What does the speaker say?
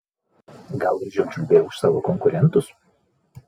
gal gražiau čiulbėjau už savo konkurentus